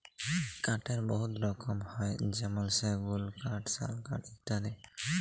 কাঠের বহুত রকম হ্যয় যেমল সেগুল কাঠ, শাল কাঠ ইত্যাদি